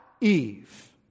Eve